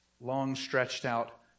long-stretched-out